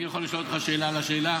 אני יכול לשאול אותך שאלה על השאלה?